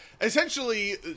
essentially